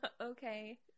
Okay